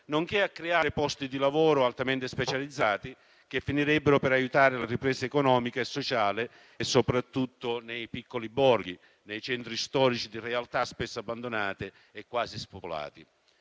nonché a creare posti di lavoro altamente specializzati che finirebbero per aiutare la ripresa economica e sociale soprattutto nei piccoli borghi, nei centri storici di realtà spesso abbandonate e quasi spopolate.